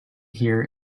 hear